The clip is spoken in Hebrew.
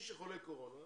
אם מישהו חולה קורונה,